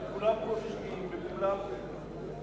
וכולם פושעים וכולם לא,